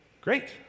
great